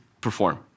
perform